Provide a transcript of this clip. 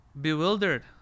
bewildered